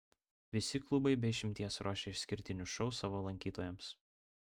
visi klubai be išimties ruošia išskirtinius šou savo lankytojams